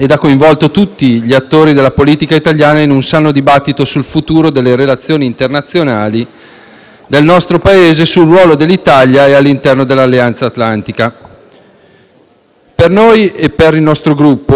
del nostro Paese, sul ruolo dell'Italia e all'interno dell'Alleanza atlantica. Per noi e per il nostro Gruppo la firma del *memorandum* d'intesa rappresenta un'importante opportunità di sviluppo commerciale del nostro Paese.